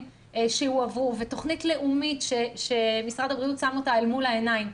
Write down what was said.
שהועברו ותכנית לאומית שמשרד הבריאות שם אותה אל מול העיניים.